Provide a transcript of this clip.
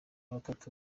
batatu